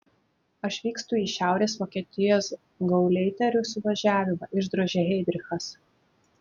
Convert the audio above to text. aš vykstu į šiaurės vokietijos gauleiterių suvažiavimą išdrožė heidrichas